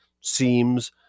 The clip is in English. seems